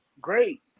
great